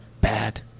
bad